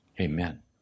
Amen